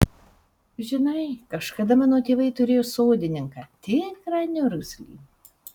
žinai kažkada mano tėvai turėjo sodininką tikrą niurgzlį